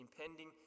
impending